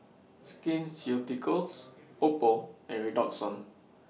Skin Ceuticals Oppo and Redoxon